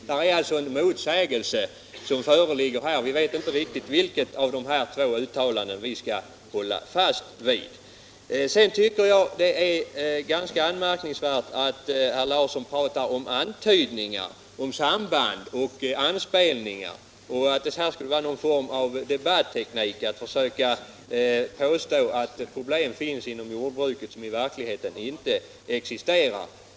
Det föreligger alltså en motsägelse här, och vi vet inte riktigt vilket av de här två uttalandena som vi skall hålla fast vid: Sedan tycker jag att det är ganska märkvärdigt att herr Larsson talar om antydningar om ett samband och anspelningar. Han tycks anse att det skulle vara någon form av debatteknik att försöka påstå att det finns problem inom jordbruket som inte existerar i verkligheten.